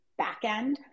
backend